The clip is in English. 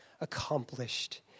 accomplished